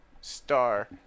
Star